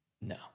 No